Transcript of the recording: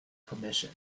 permission